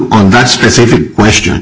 on that specific question